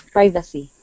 Privacy